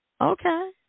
Okay